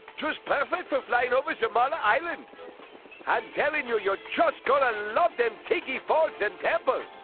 just perfect for flying over sarmale and island i'm telling you you're just gonna love them tiggy faults and temper.